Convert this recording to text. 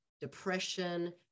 depression